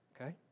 Okay